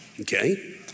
okay